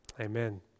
Amen